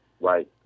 Right